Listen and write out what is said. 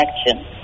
action